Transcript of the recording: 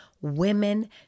women